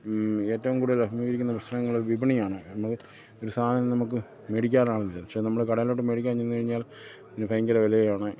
ഏറ്റവും കൂടുതൽ അഭിമുഖീകരിക്കുന്ന പ്രശ്നങ്ങൾ വിപണിയാണ് നമ്മൾക്ക് ഒരു സാധനം നമുക്ക് മേടിക്കാൻ ആളില്ല പക്ഷെ നമ്മൾ കടലയിലോട്ട് മേടിക്കാൻ ചെന്നു കഴിഞ്ഞാൽ ഭയങ്കര വിലയാണ്